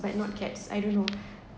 but not cats I don't know